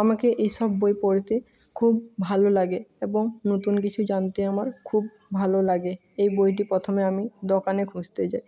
আমাকে এই সব বই পড়তে খুব ভালো লাগে এবং নতুন কিছু জানতে আমার খুব ভালো লাগে এই বইটি প্রথমে আমি দোকানে খুঁজতে যাই